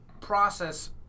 process